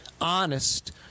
Honest